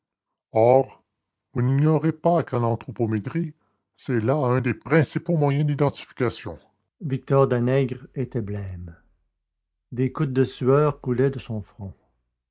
vous n'ignorez pas qu'en anthropométrie c'est là un des principaux moyens d'identification victor danègre était blême des gouttes de sueur coulaient de son front